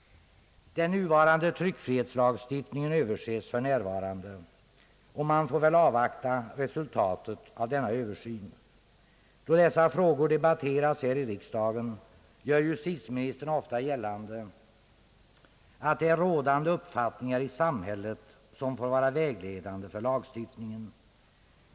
Den nuvarande tryckfrihetslagstiftningen överses för närvarande, och man får väl avvakta resultatet av denna översyn. Då dessa frågor debatteras här i riksdagen, gör justitieministern ofta gällande, att det är rådande uppfattningar i samhället som får vara vägledande för lagstiftningen.